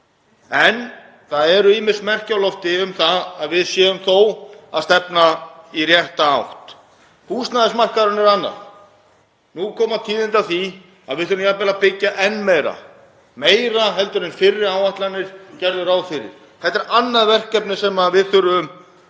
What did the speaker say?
en það eru ýmis merki á lofti um að við séum þó að stefna í rétta átt. Húsnæðismarkaðurinn er annað. Nú koma tíðindi af því að við þurfum jafnvel að byggja enn meira en fyrri áætlanir gerðu ráð fyrir. Þetta er annað verkefni sem við þurfum að